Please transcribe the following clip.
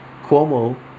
Cuomo